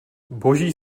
boží